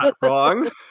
wrong